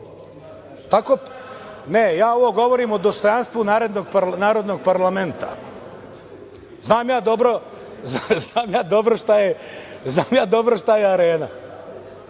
Ne, ja ovo govorim o dostojanstvu narodnog parlamenta. Znam, ja dobro šta je arena,